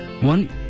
One